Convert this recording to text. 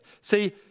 see